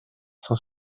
cent